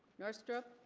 north strip